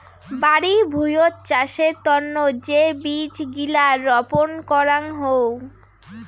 বাড়ি ভুঁইয়ত চাষের তন্ন যে বীজ গিলা রপন করাং হউ